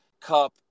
Cup